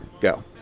go